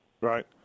Right